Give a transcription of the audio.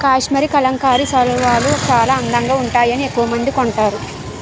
కాశ్మరీ కలంకారీ శాలువాలు చాలా అందంగా వుంటాయని ఎక్కవమంది కొంటారు